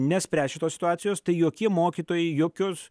nespręs šitos situacijos tai jokie mokytojai jokios